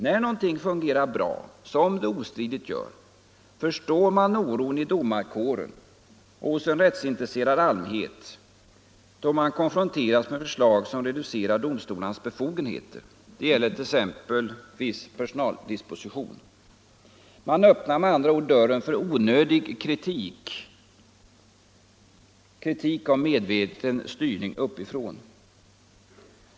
När något fungerar bra — som det ostridigt gör nu — förstår man oron i domarkåren och hos en rättsintresserad allmänhet, då man konfronteras med förslag som reducerar domstolarnas befogenheter. Det gäller t.ex. viss personaldisposition. Man öppnar med andra ord dörren för onödig kritik om medveten styrning uppifrån.